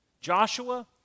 Joshua